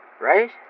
Right